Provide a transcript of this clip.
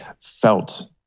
felt